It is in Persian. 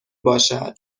باشد